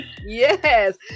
Yes